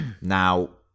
Now